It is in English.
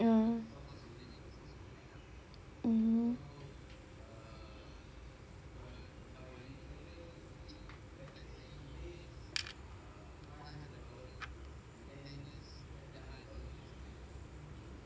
uh mmhmm